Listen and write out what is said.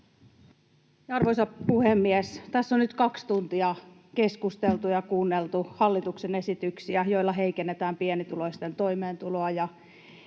Arvoisa puhemies! Tässä on nyt kaksi tuntia keskusteltu ja kuunneltu hallituksen esityksiä, joilla heikennetään pienituloisten toimeentuloa